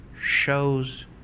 shows